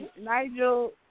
Nigel